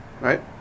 Right